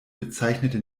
bezeichnete